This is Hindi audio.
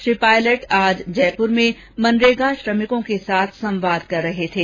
श्री पायलट ने आज जयपुर में मनरेगा श्रमिकों के साथ संवाद कर रहे थे